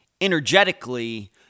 energetically